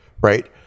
right